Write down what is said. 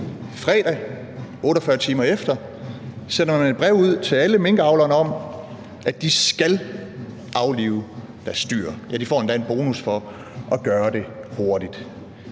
Fredag, 48 timer efter, sender man et brev ud til alle minkavlerne om, at de skal aflive deres dyr. De får endda en bonus for at gøre det hurtigt.